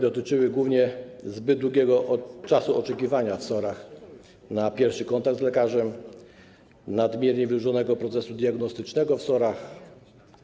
Dotyczyły one głównie zbyt długiego czasu oczekiwania w SOR-ach na pierwszy kontakt z lekarzem i nadmiernie wydłużonego procesu diagnostycznego w SOR-ach.